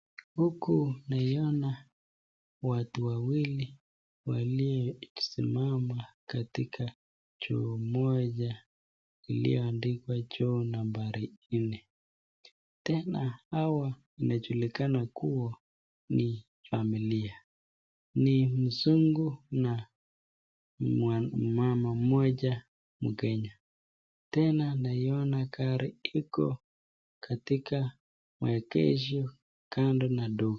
Huku naiona watu wawili waliosimama katika chuo moja iliyoandikwa chuo nambari nne. Tena hapa inajulikana kuwa, ni familia. Ni mzungu na mmama mmoja Mkenya. Tena naiona gari iko katika maegesho kando na ndoo.